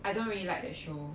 I don't really like that show